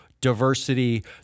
diversity